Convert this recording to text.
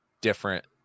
different